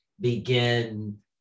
begin